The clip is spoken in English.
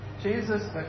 Jesus